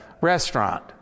restaurant